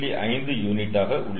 5 unit உள்ளது